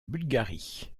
bulgarie